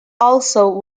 also